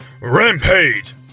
Rampage